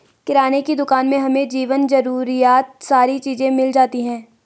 किराने की दुकान में हमें जीवन जरूरियात सारी चीज़े मिल जाती है